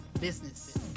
businesses